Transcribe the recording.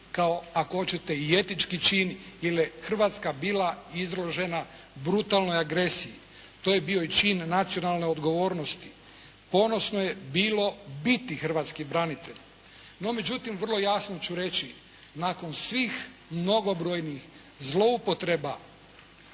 kao ako hoćete i etički čin, jer je Hrvatska bila izložena brutalnoj agresiji. To je bio i čin nacionalne odgovornosti. Ponosno je bilo biti hrvatski branitelj. No, međutim, vrlo jasno ću reći, nakon svih mnogobrojnih zloupotreba